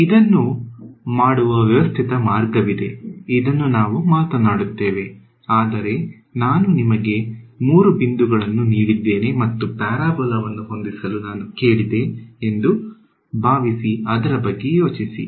ಇದನ್ನು ಮಾಡುವ ವ್ಯವಸ್ಥಿತ ಮಾರ್ಗವಿದೆ ಅದನ್ನು ನಾವು ಮಾತನಾಡುತ್ತೇವೆ ಆದರೆ ನಾನು ನಿಮಗೆ ಮೂರು ಬಿಂದುಗಳನ್ನು ನೀಡಿದ್ದೇನೆ ಮತ್ತು ಪ್ಯಾರಾಬೋಲಾವನ್ನು ಹೊಂದಿಸಲು ನಾನು ಕೇಳಿದೆ ಎಂದು ಭಾವಿಸಿ ಅದರ ಬಗ್ಗೆ ಯೋಚಿಸಿ